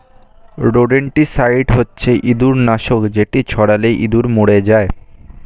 rodenticide হচ্ছে ইঁদুর নাশক যেটি ছড়ালে ইঁদুর মরে যায়